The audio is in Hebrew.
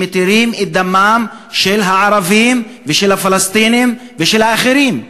שמתירים את דמם של הערבים ושל הפלסטינים ושל האחרים,